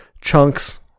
chunks